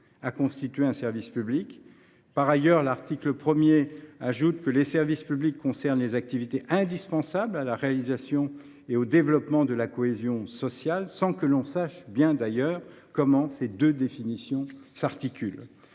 à constituer un service public » et l’article 1 dispose que « les services publics concernent les activités indispensables à la réalisation et au développement de la cohésion sociale », sans que l’on sache comment ces deux définitions s’articulent.